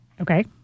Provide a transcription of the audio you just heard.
Okay